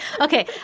Okay